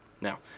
Now